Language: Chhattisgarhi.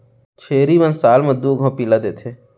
छेरी मन साल म दू घौं पिला देथे